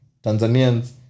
Tanzanians